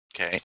Okay